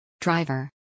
Driver